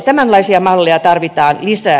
tämänlaisia malleja tarvitaan lisää